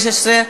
התשע"ו 2016,